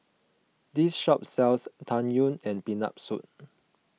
this shop sells Tang Yuen and Peanut Soup